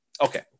Okay